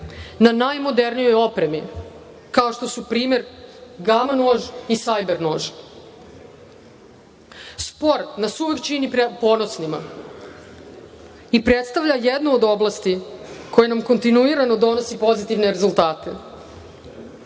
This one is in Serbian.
na najmodernijoj opremi, kao što su gama nož i sajber nož. Sport nas uvek čini ponosnima i predstavlja jednu od oblasti koja nam kontinuirano donosi pozitivne rezultate.